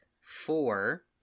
Four